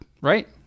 right